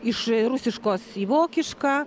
iš rusiškos į vokišką